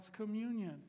communion